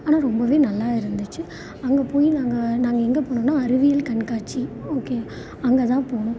ஆனால் ரொம்பவே நல்லா இருந்துச்சு அங்கே போய் நாங்கள் நாங்கள் எங்கே போனோம்ன்னா அறிவியல் கண்காட்சி ஓகே அங்கே தான் போனோம்